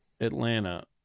Atlanta